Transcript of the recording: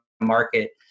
market